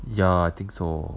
ya I think so